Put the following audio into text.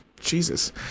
jesus